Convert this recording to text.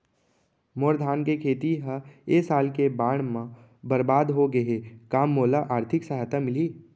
मोर धान के खेती ह ए साल के बाढ़ म बरबाद हो गे हे का मोला आर्थिक सहायता मिलही?